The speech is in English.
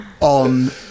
on